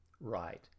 right